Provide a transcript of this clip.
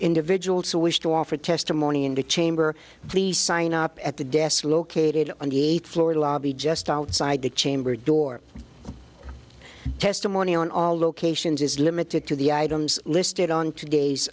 individuals who wish to offer testimony in the chamber please sign up at the desk located on the eighth floor lobby just outside the chamber door testimony on all locations is limited to the items listed on today's